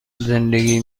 زندگی